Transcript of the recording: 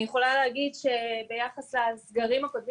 אני יכולה להגיד שביחס לסגרים האחרונים